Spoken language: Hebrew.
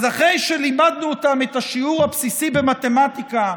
אז אחרי שלימדנו אותם את השיעור הבסיסי במתמטיקה,